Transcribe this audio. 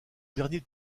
dernier